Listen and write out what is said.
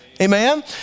Amen